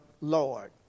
Lord